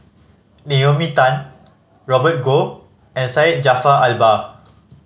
Naomi Tan Robert Goh and Syed Jaafar Albar